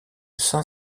saint